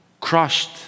crushed